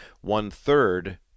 one-third